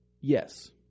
Yes